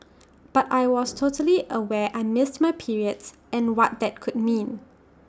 but I was totally aware I missed my periods and what that could mean